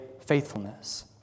faithfulness